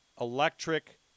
electric